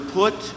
put